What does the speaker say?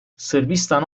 sırbistan